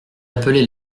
appelait